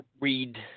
read